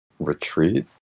retreat